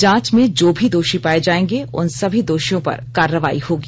जांच में जो भी दोषी पाये जायेंगे उन सभी दोषियों पर कार्रवाई होगी